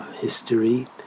history